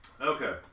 Okay